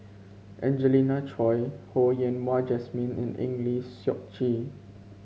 Angelina Choy Ho Yen Wah Jesmine and Eng Lee Seok Chee